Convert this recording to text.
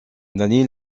danny